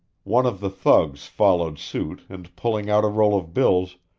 one of the thugs followed suit and pulling out a roll of bills,